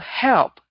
help